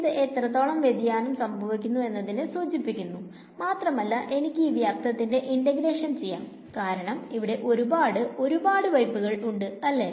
ഇത് എത്രത്തോളം വ്യതിയാനം സംഭവിച്ചു എന്നതിനെ സൂചിപ്പിക്കുന്നു മാത്രമല്ല എനിക്ക് ഈ വ്യാപ്തത്തിന്റെ ഇന്റഗ്രേഷൻ ചെയ്യാം കാരണം ഇവിടെ ഒരുപാട് ഒരുപാട് പൈപ്പുകൾ ഉണ്ട് അല്ലേ